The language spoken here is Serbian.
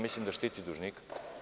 Mislim da štiti dužnika.